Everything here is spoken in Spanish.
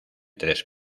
tres